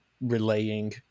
relaying